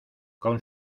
con